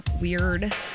Weird